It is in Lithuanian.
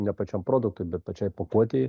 ne pačiam produktui bet pačiai pakuotei